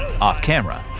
off-camera